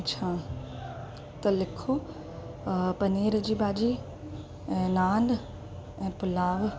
अच्छा त लिखो अ पनीर जी भाॼी ऐं नान ऐं पुलाव